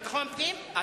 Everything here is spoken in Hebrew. ביטחון הפנים,